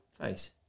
face